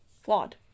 flawed